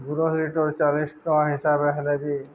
bottle litre ଚାଳିଶି ଟଙ୍କା ହିସାବେ ହେଲେ ଯେ